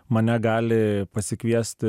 mane gali pasikviest